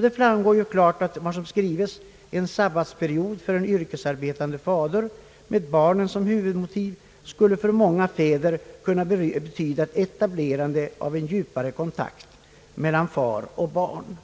Det framgår klart av vad som skrives: »En sabbatsperiod för den yrkesarbetande fadern, med barnen som huvud motiv, skulle för många fäder kunna betyda ett etablerande av en djupare kontakt mellan far och barn.»